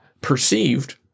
perceived